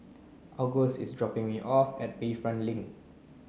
August is dropping me off at Bayfront Link